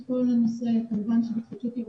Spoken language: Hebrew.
אחרי ששמענו את התושבים וברור לנו הצורך לשמור על האיזון